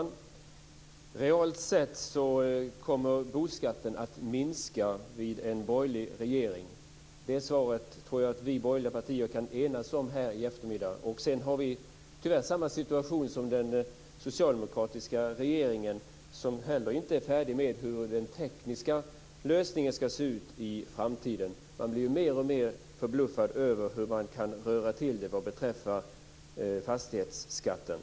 Fru talman! Realt sett kommer boskatten att minska vid en borgerlig regering. Det svaret tror jag att vi borgerliga partier kan enas om här i eftermiddag. Sedan har vi tyvärr samma situation som den socialdemokratiska regeringen, som heller inte är färdig med hur den tekniska lösningen ska se ut i framtiden. Man blir mer och mer förbluffad över hur man kan röra till det vad beträffar fastighetsskatten.